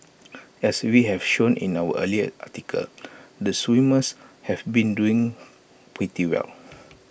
as we have shown in our earlier article the swimmers have been doing pretty well